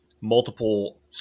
multiple